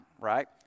right